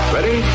Ready